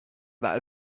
that